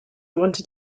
wanted